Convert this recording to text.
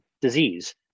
disease